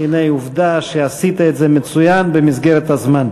הנה, עובדה שעשית את זה מצוין במסגרת הזמן.